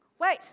Wait